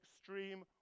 extreme